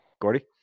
Gordy